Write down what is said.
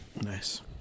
Nice